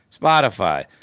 Spotify